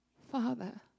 Father